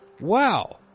wow